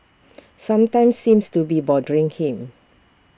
something seems to be bothering him